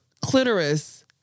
clitoris